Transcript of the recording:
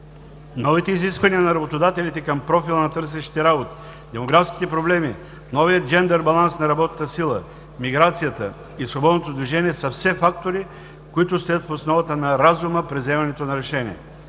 Новите изисквания на работодателите към профила на търсещите работа, демографските проблеми, новият Джендър баланс на работната сила, миграцията и свободното движение са все фактори, които стоят в основата на разума при взимането на решения.